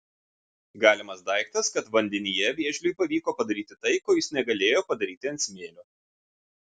galimas daiktas kad vandenyje vėžliui pavyko padaryti tai ko jis negalėjo padaryti ant smėlio